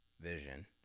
vision